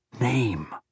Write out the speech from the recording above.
name